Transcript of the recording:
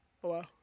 Hello